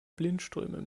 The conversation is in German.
blindströme